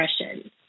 expression